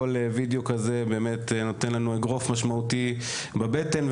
כל וידיאו כזה נותן לנו אגרוף משמעותי בבטן,